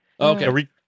Okay